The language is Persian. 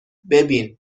ببین